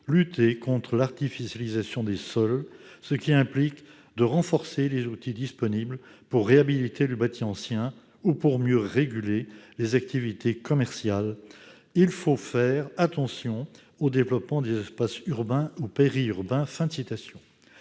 lutter contre l'artificialisation des sols, ce qui impliqu[ait] de renforcer les outils disponibles pour réhabiliter le bâti ancien ou pour mieux réguler les activités commerciales. » Il a ajouté :« Il faut faire attention au développement des espaces urbains ou périurbains ».